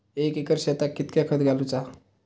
एक एकर शेताक कीतक्या खत घालूचा?